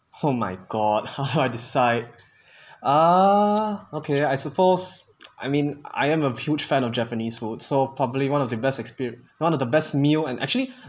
oh my god h~ how I decide err okay I suppose I mean I am a huge fan of japanese food so probably one of the best expe~ one of the best meal and actually